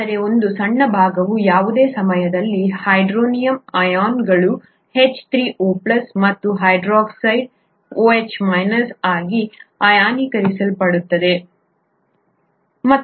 ಅದರ ಒಂದು ಸಣ್ಣ ಭಾಗವು ಯಾವುದೇ ಸಮಯದಲ್ಲಿ ಹೈಡ್ರೋನಿಯಮ್ ಅಯಾನ್ಗಳು H3O ಮತ್ತು ಹೈಡ್ರಾಕ್ಸೈಡ್ OH ಆಗಿ ಅಯಾನೀಕರಿಸಲ್ಪಡುತ್ತದೆ ಸರಿ